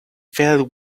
fell